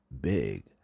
big